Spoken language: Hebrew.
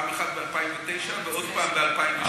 פעם אחת ב-2009 ועוד פעם ב-2012.